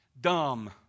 dumb